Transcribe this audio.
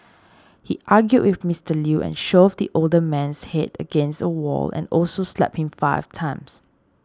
he argued with Mister Lew and shoved the older man's head against a wall and also slapped him five times